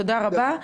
תודה רבה.